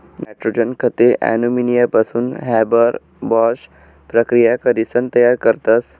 nitrogen खते अमोनियापासून Haber Bosch प्रकिया करीसन तयार करतस